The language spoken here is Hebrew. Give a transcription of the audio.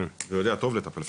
ויודע טוב לטפל בפח"ע.